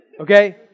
Okay